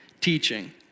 teaching